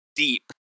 deep